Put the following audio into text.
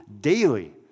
daily